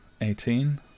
Eighteen